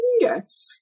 Yes